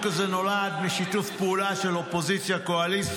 הזה נולד בשיתוף פעולה של אופוזיציה-קואליציה,